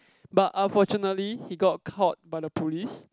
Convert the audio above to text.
but unfortunately he got caught by the police